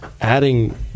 adding